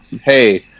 hey